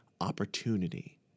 opportunity